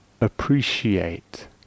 appreciate